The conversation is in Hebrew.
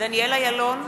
דניאל אילון,